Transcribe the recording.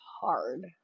hard